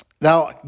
Now